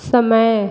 समय